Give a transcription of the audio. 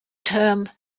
term